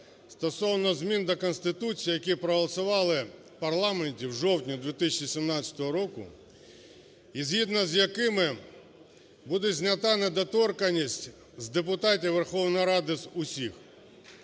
стосовно змін до Конституції, які проголосували в парламенті в жовтні 2017 року і згідно з якими буде знята недоторканність з депутатів Верховної Ради з усіх.